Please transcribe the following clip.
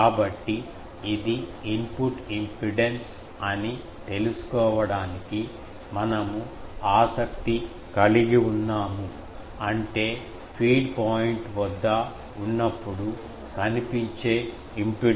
కాబట్టి ఇది input impedance అని తెలుసుకోవడానికి మనము ఆసక్తి కలిగి ఉన్నాము అంటే ఫీడ్ పాయింట్ వద్ద ఉన్నప్పుడు కనిపించే ఇంపిడెన్స్ ఏమిటి